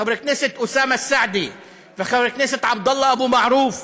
חבר הכנסת אוסאמה סעדי וחבר הכנסת עבדאללה אבו מערוף,